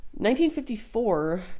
1954